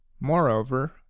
Moreover